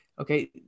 okay